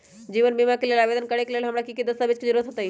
जीवन बीमा के लेल आवेदन करे लेल हमरा की की दस्तावेज के जरूरत होतई?